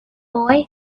boy